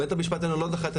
בית המשפט לא דחה את התיק.